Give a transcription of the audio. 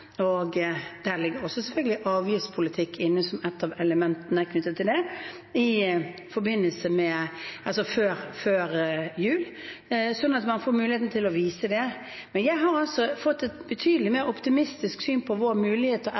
og der ligger selvfølgelig avgiftspolitikk inne som et av elementene, sånn at man får muligheten til å vise det. Jeg har fått et betydelig mer optimistisk syn på vår